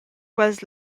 quels